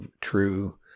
true